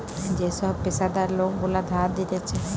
যে সব পেশাদার লোক গুলা ধার দিতেছে